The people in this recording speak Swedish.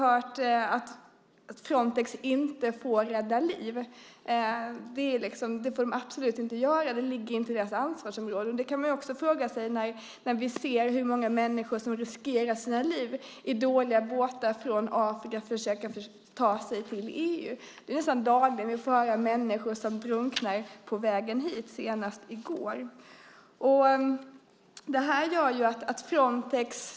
Samtidigt får vi dagligen höra hur människor från Afrika riskerar sina liv i dåliga båtar när de försöker ta sig in i EU. Senast i går hörde vi att människor drunknar på vägen hit. Vi har hört att Frontex inte får rädda liv eftersom det inte ligger inom deras ansvarsområde.